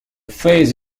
face